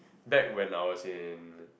back when I was in